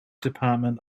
department